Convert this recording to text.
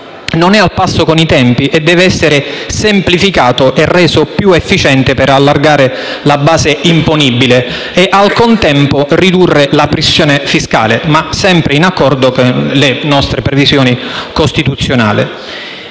non è al passo con i tempi e deve essere semplificato e reso più efficiente per allargare la base imponibile e, al contempo, ridurre la pressione fiscale. Ciò, tuttavia, deve essere sempre in accordo con le nostre previsioni costituzionali.